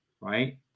right